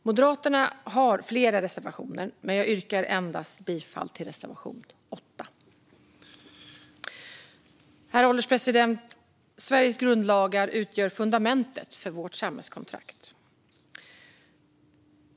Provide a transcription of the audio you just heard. Moderaterna har flera reservationer, men jag yrkar bifall endast till reservation 8. Herr ålderspresident! Sveriges grundlagar utgör fundamentet för vårt samhällskontrakt.